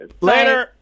Later